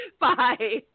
Bye